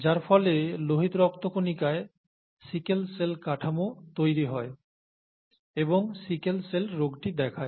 যার ফলে লোহিত রক্ত কণিকায় সিকেল সেল কাঠামো তৈরি করে এবং সিকেল সেল রোগটি দেখায়